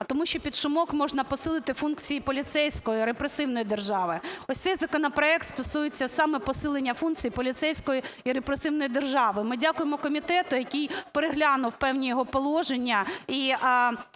тому що під шумок можна посилити функції поліцейської, репресивної держави. Ось цей законопроект стосується саме посилення функцій поліцейської і репресивної держави. Ми дякуємо комітету, який переглянув певні його положення,